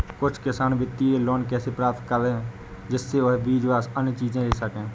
किसान कुछ वित्तीय लोन कैसे प्राप्त करें जिससे वह बीज व अन्य चीज ले सके?